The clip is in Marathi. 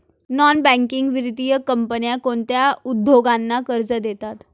नॉन बँकिंग वित्तीय कंपन्या कोणत्या उद्योगांना कर्ज देतात?